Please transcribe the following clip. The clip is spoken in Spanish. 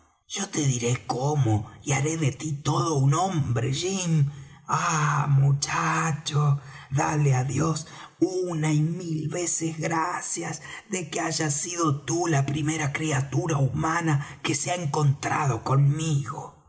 yo te diré cómo y haré de tí todo un hombre jim ah muchacho dale á dios una y mil veces gracias de que hayas sido tú la primera criatura humana que se ha encontrado conmigo